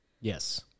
Yes